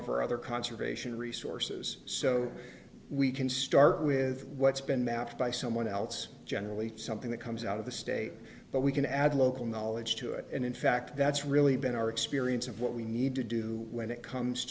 of our other conservation resources so we can start with what's been mapped by someone else generally something that comes out of the state but we can add local knowledge to it and in fact that's really been our experience of what we need to do when it comes